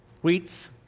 wheats